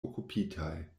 okupitaj